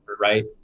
right